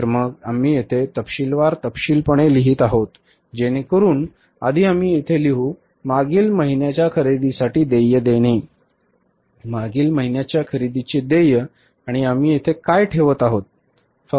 तर मग आम्ही येथे तपशीलवार तपशील लिहित आहोत जेणेकरुन आधी आम्ही येथे लिहू म्हणजे मागील महिन्याच्या खरेदीसाठी देय देणे मागील महिन्याच्या खरेदीचे देय आणि आम्ही येथे काय ठेवत आहोत